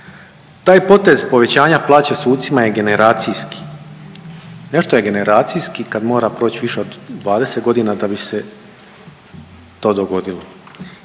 Taj potez povećanja plaće sucima je generacijski, nešto je generacijski kad mora proć više od 20 godina da bi se to dogodilo.